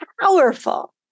powerful